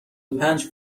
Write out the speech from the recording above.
پنج